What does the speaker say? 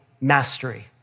mastery